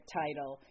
title